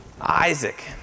Isaac